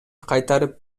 кайтарып